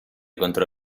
contro